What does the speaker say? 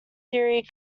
theory